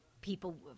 people